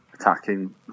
attacking